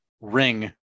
ring